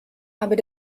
aber